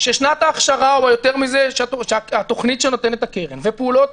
ששנת ההכשרה או יותר מזה התכנית שנותנת הקרן ופעולות